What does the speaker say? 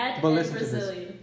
Brazilian